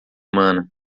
humana